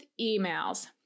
emails